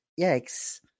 Yikes